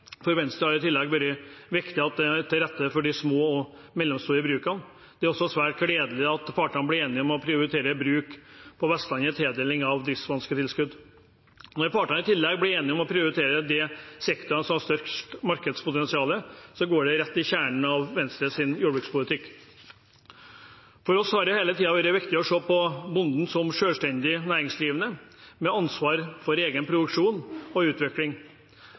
For Venstre har det i tillegg vært viktig at det blir lagt til rette for de små og mellomstore brukene. Det er også svært gledelig at partene ble enige om å prioritere bruk på Vestlandet i tildeling av driftsvansketilskudd. Når partene i tillegg ble enige om å prioritere de sektorene som har størst markedspotensial, går det rett til kjernen av Venstres jordbrukspolitikk. For oss har det hele tiden vært viktig å se på bonden som selvstendig næringsdrivende med ansvar for egen produksjon og utvikling.